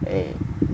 eh